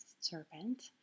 serpent